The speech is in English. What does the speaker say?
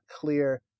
clear